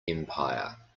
empire